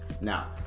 Now